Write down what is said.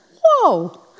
whoa